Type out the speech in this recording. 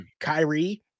Kyrie